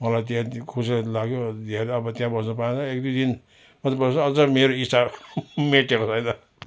मलाई त्यहाँ खुसी लाग्यो धेर अब त्यहाँ बस्नु पाएन एक दुई दिन मात्रै बसेँ अझ मेरो इच्छा मेटेको छैन